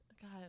God